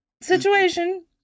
situation